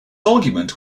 argument